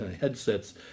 headsets